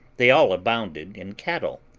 they all abounded in cattle,